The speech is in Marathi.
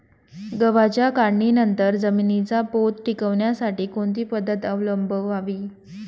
गव्हाच्या काढणीनंतर जमिनीचा पोत टिकवण्यासाठी कोणती पद्धत अवलंबवावी?